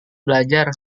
belajar